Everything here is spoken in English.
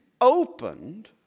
opened